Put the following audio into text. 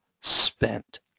spent